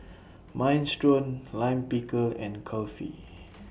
Minestrone Lime Pickle and Kulfi